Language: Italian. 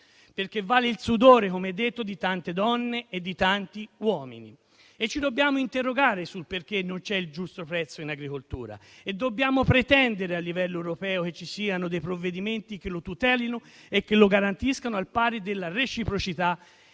perché vale il sudore, come già detto, di tante donne e di tanti uomini. Ci dobbiamo interrogare sul perché non ci sia il giusto prezzo in agricoltura e dobbiamo pretendere a livello europeo provvedimenti che lo tutelino e lo garantiscano al pari della reciprocità